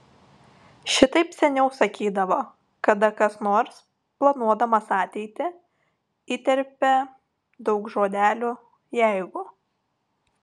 šitaip seniau sakydavo kada kas nors planuodamas ateitį įterpia daug žodelių jeigu